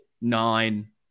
nine